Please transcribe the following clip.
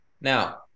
Now